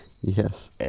Yes